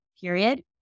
period